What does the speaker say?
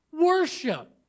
worship